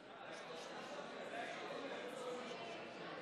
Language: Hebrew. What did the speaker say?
הממשלה בדבר צירוף חבר הכנסת אלי אבידר לממשלה